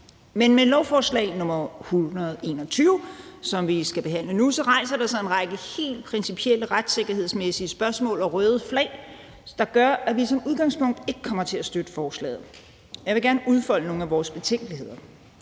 Men med lovforslag nr. L 121, som vi behandler nu, rejser der sig en række helt principielle, retssikkerhedsmæssige spørgsmål og røde flag, der gør, at vi som udgangspunkt ikke kommer til at støtte lovforslaget. Jeg vil gerne udfolde nogle af vores betænkeligheder.